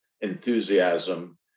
enthusiasm